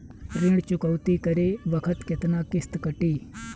ऋण चुकौती करे बखत केतना किस्त कटी?